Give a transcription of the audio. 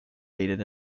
dated